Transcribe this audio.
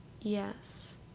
yes